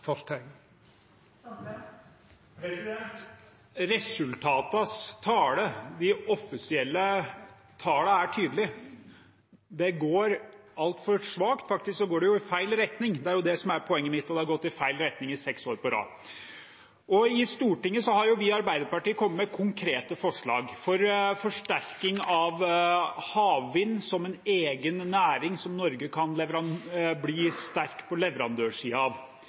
forteikn. Resultatenes tale, de offisielle tallene, er tydelig, det går altfor svakt, faktisk går det i feil retning, det er det som er poenget mitt, og det har gått i feil retning i seks år på rad. I Stortinget har vi i Arbeiderpartiet kommet med konkrete forslag om forsterking av havvind som en egen næring, som Norge kan bli sterk på leverandørsiden av